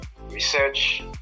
research